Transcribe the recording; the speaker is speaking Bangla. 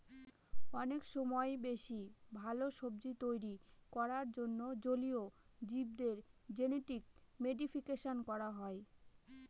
অনেক সময় বেশি ভালো জীব তৈরী করার জন্য জলীয় জীবদের জেনেটিক মডিফিকেশন করা হয়